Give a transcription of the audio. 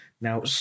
now